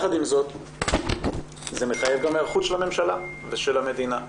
אבל זה מחייב גם את היערכות הממשלה והמדינה.